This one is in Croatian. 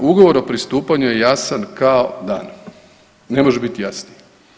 Ugovor o pristupanju je jasan kao dan, ne može bit jasniji.